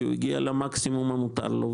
כי הוא הגיע למקסימום המותר לו,